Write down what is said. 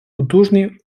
потужний